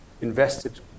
invested